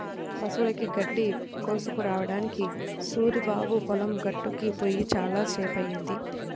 పశువులకి గడ్డి కోసుకురావడానికి సూరిబాబు పొలం గట్టుకి పొయ్యి చాలా సేపయ్యింది